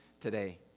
today